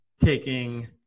taking